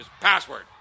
password